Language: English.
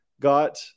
got